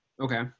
Okay